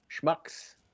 Schmucks